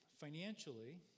financially